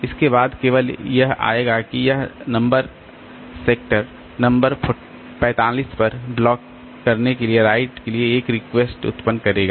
इसके बाद केवल यह आएगा कि यह नंबर सेक्टर नंबर 45 पर ब्लॉक करने के लिए राइट के लिए एक रिक्वेस्ट उत्पन्न करेगा